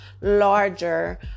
larger